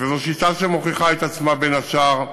וזו שיטה שמוכיחה את עצמה, בין השאר.